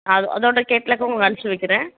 அதோடய கேட்லாக்கும் உங்களுக்கு அனுப்பிச்சு வைக்கறேன்